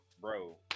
bro